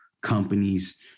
companies